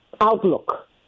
outlook